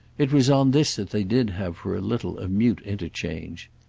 it was on this that they did have for a little a mute interchange.